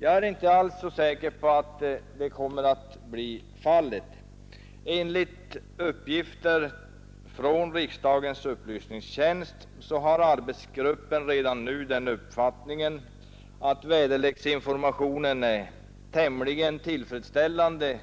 Jag är inte alls säker på att arbetsgruppen kommer att ta upp frågan. Enligt uppgifter från riksdagens upplysningstjänst har arbetsgruppen redan nu den uppfattningen att väderleksinformationen är tämligen tillfredsställande